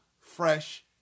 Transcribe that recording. fresh